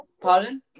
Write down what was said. Pardon